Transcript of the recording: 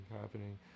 happening